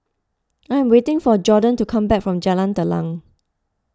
I am waiting for Jorden to come back from Jalan Telang